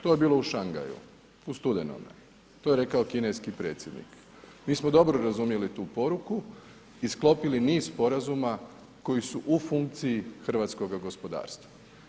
To je bilo u Šangaju u studenom, to je rekao kineski predsjednik, mi smo dobro razumjeli tu poruku i sklopili niz sporazuma koji su u funkciji hrvatskoga gospodarstva.